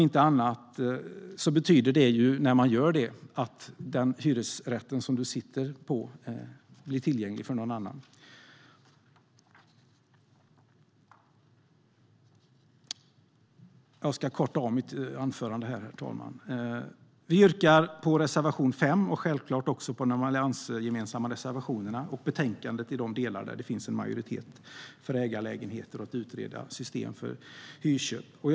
När man gör det betyder det om inte annat att den hyresrätt man sitter på blir tillgänglig för någon annan. Jag yrkar bifall till reservation 5 och självklart till de alliansgemensamma reservationerna. Jag yrkar också bifall till förslaget i betänkandet i de delar där det finns en majoritet för ägarlägenheter och att utreda system för hyrköp. Herr talman!